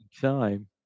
time